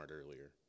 earlier